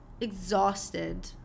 exhausted